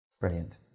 Brilliant